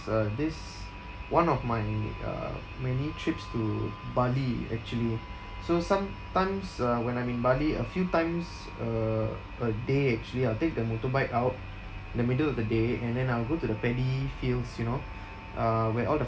uh this one of my uh many trips to bali actually so sometimes uh when I'm in bali a few times a a day actually I'll take the motorbike out in the middle of the day and then I will go to the paddy fields you know uh where all the